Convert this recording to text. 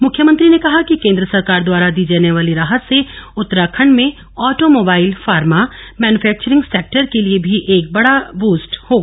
मुख्यमंत्री ने कहा कि केंद्र सरकार द्वारा दी जाने वाली राहत से उत्तराखंड में ऑटोमोबाइल फार्मा मैनुफैक्चरिंग सेक्टर के लिए भी यह एक बड़ा बूस्ट होगा